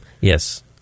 Yes